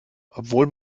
obwohl